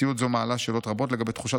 "מציאות זו מעלה שאלות רבות לגבי תחושת